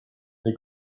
they